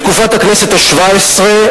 בתקופת הכנסת השבע-עשרה,